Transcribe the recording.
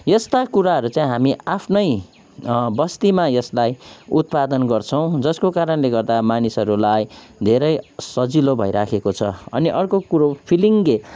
यस्ता कुराहरू चाहिँ हामी आफ्नै बस्तीमा यसलाई उत्पादन गर्छौँ जसको कारणले गर्दा मानिसहरूलाई धेरै सजिलो भइरहेको छ अनि अर्को कुरो फिलिङ्गे